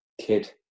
kid